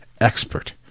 expert